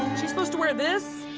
she's supposed to wear this?